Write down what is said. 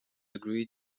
agree